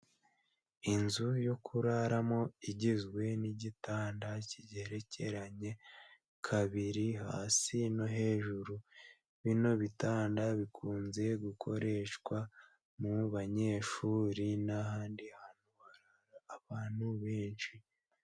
Inzu yo kuraramo igizwe n'igitanda kigerekeranye kabiri hasi no hejuru. Bino bitanda bikunze gukoreshwa mu banyeshuri n'ahandi hantu harara abantu benshi.